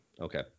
okay